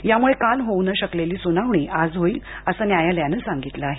यामुळं काल होऊ न शकलेली सुनावणी आज होईल असं न्यायालयानं सांगितलं आहे